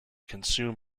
consume